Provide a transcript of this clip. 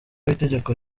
w’itegeko